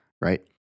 right